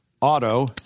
auto